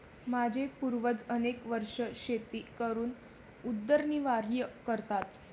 माझे पूर्वज अनेक वर्षे शेती करून उदरनिर्वाह करतात